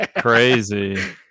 Crazy